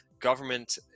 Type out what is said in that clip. government